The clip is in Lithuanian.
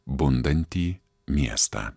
bundantį miestą